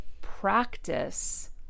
practice